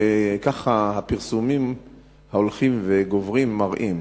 וכך הפרסומים ההולכים וגוברים מראים,